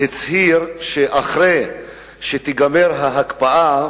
הצהיר שאחרי שתיגמר ההקפאה,